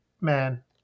man